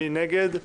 מי נגד?